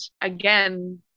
again